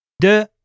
De